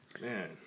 Man